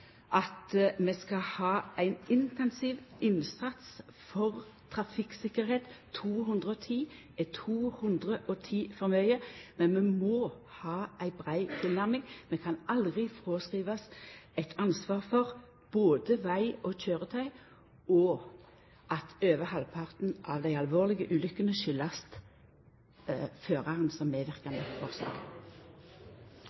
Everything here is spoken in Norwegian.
at vi skal ha ein intensiv innsats for trafikktryggleik. 210 er 210 for mange, men vi må ha ei brei tilnærming. Vi kan aldri fråskriva oss eit ansvar for veg og køyretøy, eller at i over halvparten av dei alvorlege ulykkene er føraren